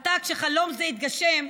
עתה, כשחלום זה התגשם,